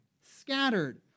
scattered